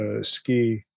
ski